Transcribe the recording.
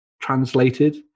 translated